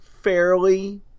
fairly